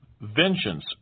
Vengeance